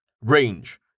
Range